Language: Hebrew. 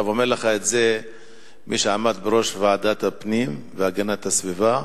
אומר לך את זה מי שעמד בראש ועדת הפנים והגנת הסביבה,